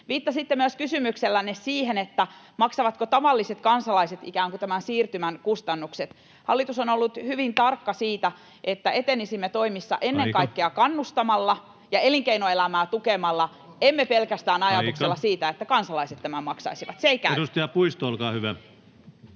Viittasitte kysymyksellänne myös siihen, maksavatko tavalliset kansalaiset ikään kuin tämän siirtymän kustannukset. Hallitus on ollut hyvin tarkka siitä, että etenisimme toimissa ennen kaikkea [Puhemies: Aika!] kannustamalla ja elinkeinoelämää tukemalla, emme pelkästään ajatuksella siitä, [Puhemies: Aika!] että kansalaiset tämän maksaisivat. Se ei käy.